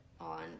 on